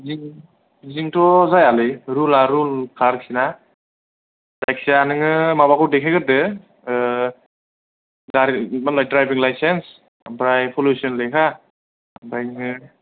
बिदिजोंथ' जायालै रुला रुल खा आरोखिना जायखिया नोङो माबाखौ देखायग्रोदो माहोनोमोनलाय द्राइभिं लाइसेन्स ओमफ्राय पलुसन लेखा ओमफ्राय बिदिनो